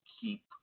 keep